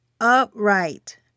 upright